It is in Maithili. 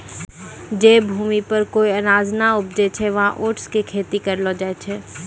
जै भूमि पर कोय अनाज नाय उपजै छै वहाँ ओट्स के खेती करलो जाय छै